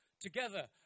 together